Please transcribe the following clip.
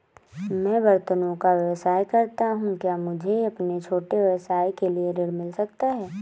मैं बर्तनों का व्यवसाय करता हूँ क्या मुझे अपने छोटे व्यवसाय के लिए ऋण मिल सकता है?